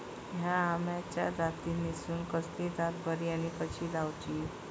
हया आम्याच्या जातीनिसून कसली जात बरी आनी कशी लाऊची?